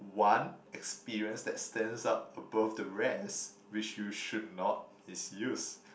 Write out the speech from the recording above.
one experience that stands up above the rest which you should not misuse